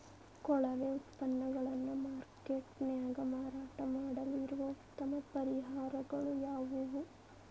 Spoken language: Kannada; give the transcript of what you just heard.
ಕೊಳೆವ ಉತ್ಪನ್ನಗಳನ್ನ ಮಾರ್ಕೇಟ್ ನ್ಯಾಗ ಮಾರಾಟ ಮಾಡಲು ಇರುವ ಉತ್ತಮ ಪರಿಹಾರಗಳು ಯಾವವು?